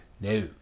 No